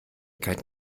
kein